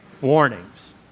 Warnings